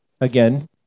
again